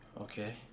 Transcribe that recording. Okay